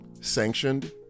sanctioned